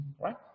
right